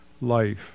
life